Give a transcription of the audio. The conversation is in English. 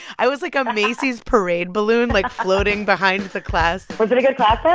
i was like a macy's parade balloon, like, floating behind the class was it a good class, though?